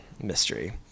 mystery